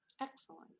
Excellent